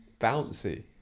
bouncy